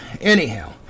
anyhow